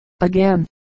again